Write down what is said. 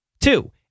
Two